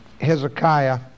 Hezekiah